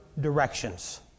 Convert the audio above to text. directions